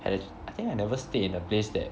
and I think I never stay in a place that